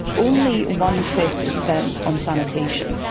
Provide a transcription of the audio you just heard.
only one-fifth is spent on sanitation.